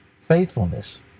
faithfulness